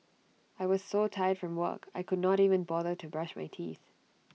I was so tired from work I could not even bother to brush my teeth